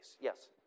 Yes